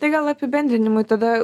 tai gal apibendrinimui tada